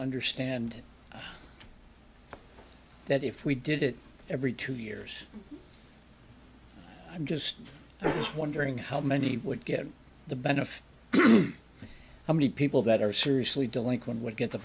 understand that if we did it every two years i'm just wondering how many would get the benefit how many people that are seriously delinquent would get the